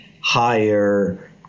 higher